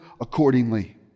accordingly